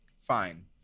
fine